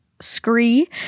Scree